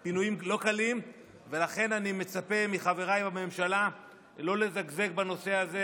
פינויים לא קליםף ולכן אני מצפה מחבריי בממשלה לא לזגזג בנושא הזה,